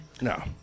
No